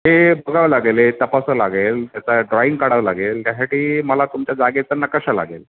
ते बघावं लागेल तपासा लागेल त्याचा ड्रॉईंग काढावं लागेल त्यासाठी मला तुमच्या जागेचा नकाशा लागेल